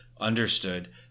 understood